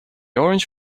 orange